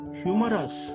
humorous